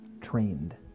trained